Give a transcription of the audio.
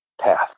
path